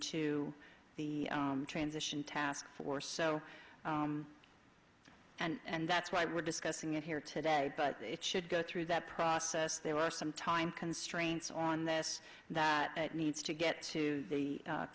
to the transition task force so and that's why we're discussing it here today but it should go through that process there were some time constraints on this that it needs to get to the a